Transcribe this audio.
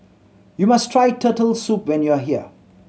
you must try Turtle Soup when you are here